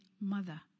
mother